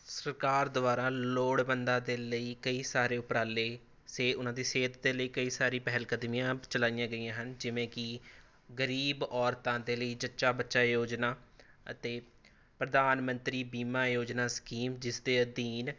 ਸਰਕਾਰ ਦੁਆਰਾ ਲੋੜਵੰਦਾਂ ਦੇ ਲਈ ਕਈ ਸਾਰੇ ਉਪਰਾਲੇ ਸੇ ਉਹਨਾਂ ਦੀ ਸਿਹਤ ਦੇ ਲਈ ਕਈ ਸਾਰੀ ਪਹਿਲ ਕਦਮੀਆਂ ਚਲਾਈਆਂ ਗਈਆਂ ਹਨ ਜਿਵੇਂ ਕਿ ਗਰੀਬ ਔਰਤਾਂ ਦੇ ਲਈ ਜੱਚਾ ਬੱਚਾ ਯੋਜਨਾ ਅਤੇ ਪ੍ਰਧਾਨ ਮੰਤਰੀ ਬੀਮਾ ਯੋਜਨਾ ਸਕੀਮ ਜਿਸ ਦੇ ਅਧੀਨ